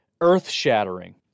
earth-shattering